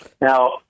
Now